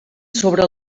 sobre